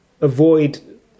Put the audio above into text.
avoid